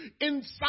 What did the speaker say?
inside